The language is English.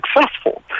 successful